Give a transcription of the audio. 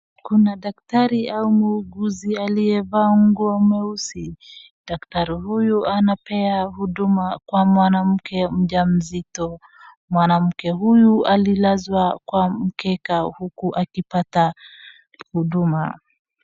Kuna daktari au muuguzi aliyevaa nguo meusi. Daktari huyu anapea huduma kwa mwanamke mjamzito. Mwanamke huyu alilazwa kwa mkeka uku akipata huduma.